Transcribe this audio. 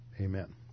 amen